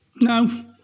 no